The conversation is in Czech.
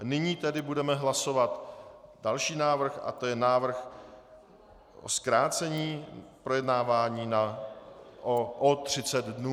Nyní tedy budeme hlasovat další návrh a to je návrh o zkrácení projednávání o 30 dnů.